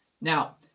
Now